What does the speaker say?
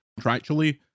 contractually